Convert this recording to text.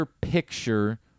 picture